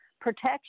protection